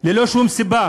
ללא שום סיבה